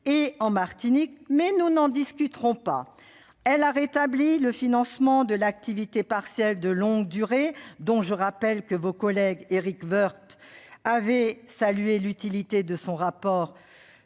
et de la Martinique. Mais nous n'en discuterons pas ! Elle a rétabli le financement de l'activité partielle de longue durée, dont je rappelle que votre collègue Éric Woerth avait salué l'utilité dans son rapport